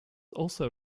also